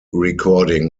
recording